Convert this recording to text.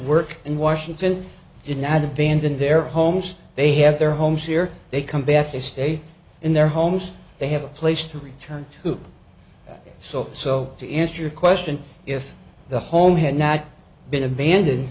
work in washington did not abandon their homes they have their homes here they come back they stay in their homes they have a place to return to so so to answer your question if the home had not been abandoned